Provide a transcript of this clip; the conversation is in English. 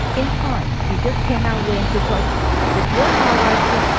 in time. you just cannot win because if you're not righteous,